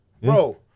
Bro